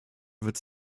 wird